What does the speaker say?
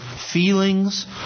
feelings